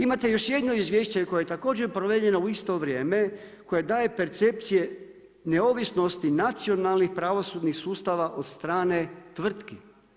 Imate još jedno izvješće koje je također provedeno u isto vrijeme koje daje percepcije neovisnosti nacionalnih pravosudnih sustava od strane tvrtki.